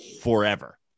forever